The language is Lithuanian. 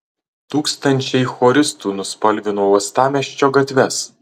tūkstančiai choristų nuspalvino uostamiesčio gatves